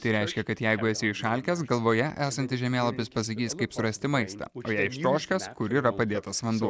tai reiškia kad jeigu esi išalkęs galvoje esantis žemėlapis pasakys kaip surasti maistą o jei ištroškęs kur yra padėtas vanduo